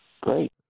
great